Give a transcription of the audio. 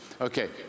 Okay